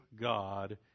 God